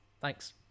Thanks